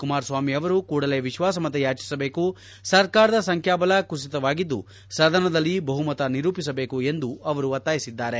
ಕುಮಾರಸ್ವಾಮಿ ಅವರು ಕೂಡಲೇ ವಿಶ್ವಾಸ ಮತ ಯಾಚಿಸಬೇಕು ಸರ್ಕಾರದ ಸಂಖ್ಯಾಬಲ ಕುಸಿತವಾಗಿದ್ದು ಸದನದಲ್ಲಿ ಬಹುಮತ ನಿರೂಪಿಸಬೇಕು ಎಂದು ಒತ್ತಾಯಿಸಿದ್ದಾರೆ